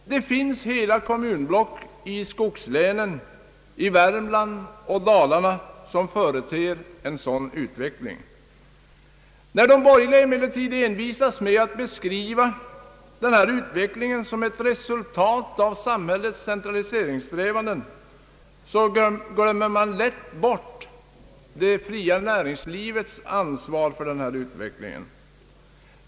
Det finns hela kommunblock i Norrlandslänen, i Värmland och i Dalarna som företer en sådan utveckling. När de borgerliga emellertid envisas med att beskriva den här utvecklingen som ett resultat av samhällets centraliseringssträvanden, glömmer de lätt bort det fria näringslivets ansvar för utvecklingen.